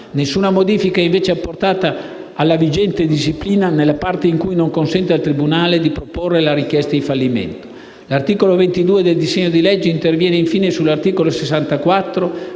Nessuna modifica è invece apportata alla vigente disciplina nella parte in cui non consente al tribunale di proporre la richiesta di fallimento. L'articolo 22 del disegno di legge interviene infine sull'articolo 64